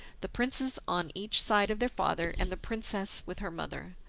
the princes on each side of their father, and the princess with her mother.